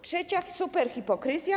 Trzecia superhipokryzja.